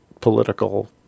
political